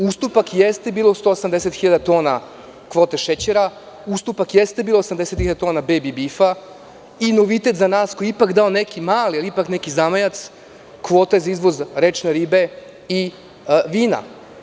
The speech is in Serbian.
Ustupak jeste bilo 180 hiljada tona kvote šećera, ustupak jeste bio 80 hiljada tona „bejbi bifa“ i novitet za nas, koji je ipak dao neki mali ali ipak zamajac – kvota za izvoz rečne ribe i vina.